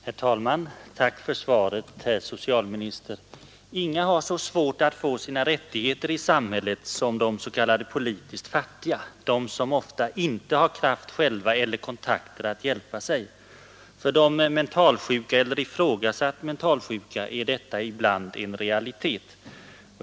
Herr talman! Tack för svaret, herr socialminister. Inga människor har så svårt att göra sin rätt gällande i samhället som de s.k. politiskt fattiga, de som ibland inte själva har kraft nog eller som inte har de kontakter som behövs för att bli hjälpta. För de mentalsjuka eller ifrågasatt mentalsjuka är detta ofta en djupt upplevd realitet.